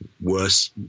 worse